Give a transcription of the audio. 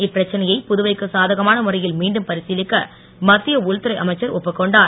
இப்பிரச்சனையை புதுவைக்கு சாதகமான முறையில் மீண்டும் பரிசிலிக்க மத்திய உள்துறை அமைச்சர் ஒப்புக்கொண்டார்